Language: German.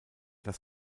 das